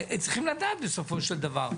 צריכים לדעת בסופו של דבר.